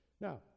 Now